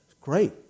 Great